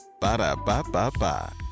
Ba-da-ba-ba-ba